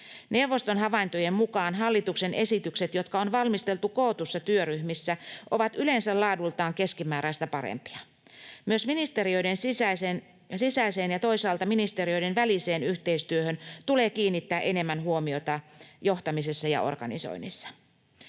Neuvoston havaintojen mukaan hallituksen esitykset, jotka on valmisteltu kootuissa työryhmissä, ovat yleensä laadultaan keskimääräistä parempia. Myös ministeriöiden sisäiseen ja toisaalta ministeriöiden väliseen yhteistyöhön tulee kiinnittää enemmän huomiota johtamisessa ja organisoinnissa.